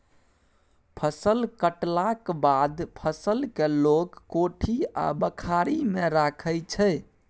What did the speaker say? फसल कटलाक बाद फसल केँ लोक कोठी आ बखारी मे राखै छै